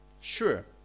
Sure